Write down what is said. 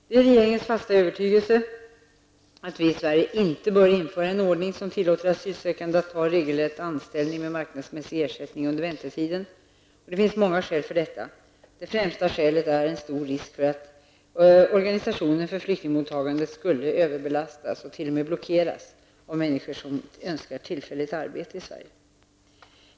Det är regeringens fasta övertygelse att vi i Sverige inte bör införa en ordning som tillåter asylsökande att ta regelrätt anställning med marknadsmässig ersättning under väntetiden. Det finns många skäl för detta. Det främsta skälet är en stor risk för att organisationen för flyktingmottagandet skulle överbelastas och t.o.m. blockeras av människor som önskar tillfälligt arbete i Sverige.